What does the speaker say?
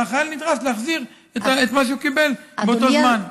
והחייל נדרש להחזיר את מה שהוא קיבל באותו זמן.